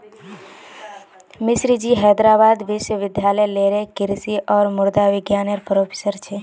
मिश्राजी हैदराबाद विश्वविद्यालय लेरे कृषि और मुद्रा विज्ञान नेर प्रोफ़ेसर छे